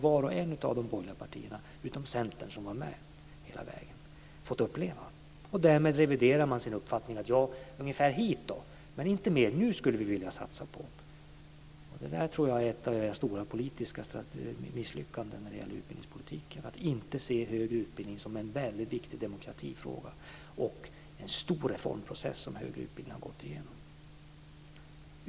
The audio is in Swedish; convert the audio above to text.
Var och en av de borgerliga partierna, utom Centern som var med hela vägen, har ju fått uppleva det här. Därmed reviderar man sin uppfattning och säger: ungefär hit, men inte längre. Jag tror att ett av era stora politiska misslyckanden när det gäller utbildningspolitiken är att ni inte ser högre utbildning som en väldigt viktig demokratifråga och att det är en stor reformprocess som den högre utbildningen har gått igenom.